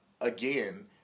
again